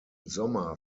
sommer